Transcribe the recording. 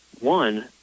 One